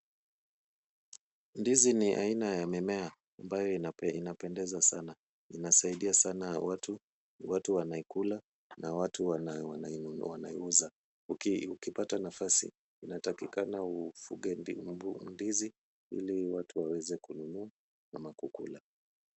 Ndizi ni aina ya mimea ambayo inapendeza sana. Inasaidia sana watu. Watu wanaikula na watu wanaiuza. Ukipata nafasi, unatakikana ufuge ndizi ili watu waweze kununua ama kukula.